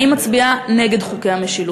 אני מצביעה נגד חוקי המשילות.